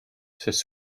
sest